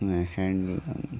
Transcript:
handle